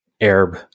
Arab